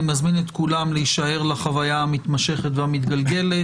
אני מזמין את כולם להישאר לחוויה המתמשכת והמתגלגלת.